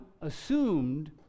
assumed